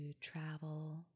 travel